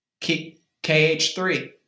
KH3